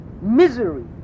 misery